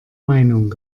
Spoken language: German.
meinung